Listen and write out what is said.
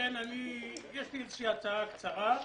יש לי הצעה קצרה,